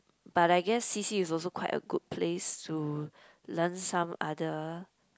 but I guessed C_C is also quite a good place to learn some other